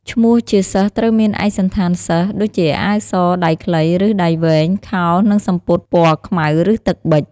ឈ្នោះជាសិស្សត្រូវមានឯកសណ្ឋានសិស្ស ដូចជាអាវសដៃខ្លីឬដៃវែង ខោនិងសំពត់ពណ៌ខ្មៅឬទឹកប៊ិច។